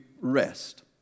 rest